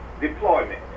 deployment